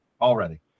already